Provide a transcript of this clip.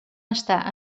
estar